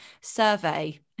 survey